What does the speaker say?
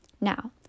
Now